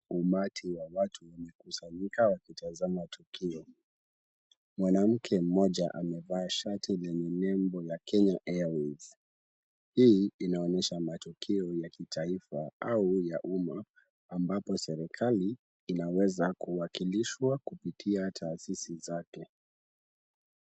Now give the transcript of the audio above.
Umati wa watu wamekusanyika wakitazama tukio. Mwanamke mmoja amevaa shati lenye nembo ya Kenya Airways. Hii inaonyesha matukio ya kitaifa au ya umma ambapo serikali inaweza kuwakilishwa kupitia taasisi zake.